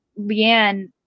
Leanne